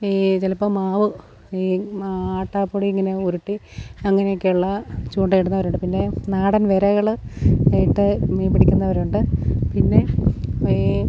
ഈ ചിലപ്പോൾ മാവ് ഈ ആട്ടപ്പൊടി ഇങ്ങനെ ഉരുട്ടി അങ്ങനെയൊക്കെയുള്ള ചൂണ്ടയിടുന്നവരുണ്ട് പിന്നെ നാടൻ വിരകൾ ഇട്ട് മീൻ പിടിക്കുന്നവരുണ്ട് പിന്നെ ഈ